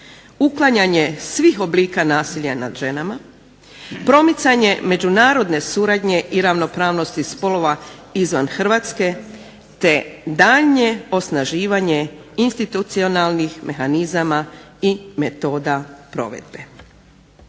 uklanjanje svih oblika nasilja nad ženama, promicanje međunarodne suradnje i ravnopravnosti spolova izvan Hrvatske, te daljnje osnaživanje institucionalnih mehanizama i metoda provedbe.